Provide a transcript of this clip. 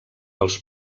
els